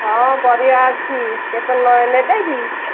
ହଁ ପରିବା ଅଛି କେତେ ନେବେ କି